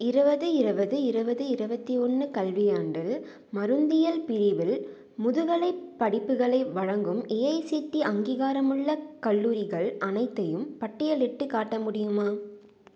இருபது இருபது இருபது இருபத்தி ஒன்று கல்வியாண்டில் மருந்தியல் பிரிவில் முதுகலைப் படிப்புகளை வழங்கும் ஏஐசிடிஇ அங்கீகாரமுள்ள கல்லூரிகள் அனைத்தையும் பட்டியலிட்டுக் காட்ட முடியுமா